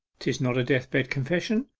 tis not a death-bed confession,